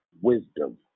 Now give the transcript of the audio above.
Wisdom